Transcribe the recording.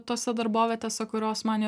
tose darbovietėse kurios man ir